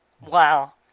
Wow